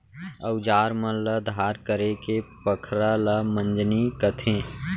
अउजार मन ल धार करेके पखरा ल मंजनी कथें